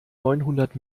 neunhundert